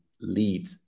lead